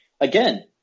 Again